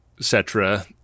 cetera